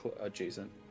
adjacent